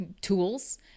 tools